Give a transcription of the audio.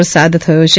વરસાદ થયો છે